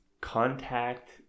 contact